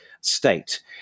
state